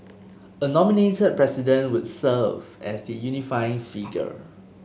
a nominated President would serve as the unifying figure